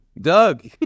Doug